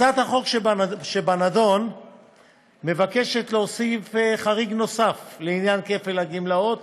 הצעת החוק שבנדון מבקשת להוסיף חריג לעניין כפל הגמלאות